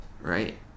Right